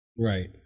Right